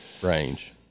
range